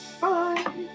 Bye